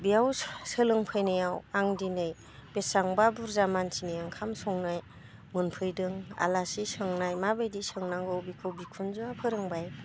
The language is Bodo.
बेयाव सोलों फैनायाव आं दिनै बेसांबा बुरजा मानसिनि ओंखाम संनाय मोनफैदों आलासि सोंनाय माबायदि सोंनांगौ बेखौ बिखुनजोआ फोरोंबाय